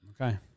Okay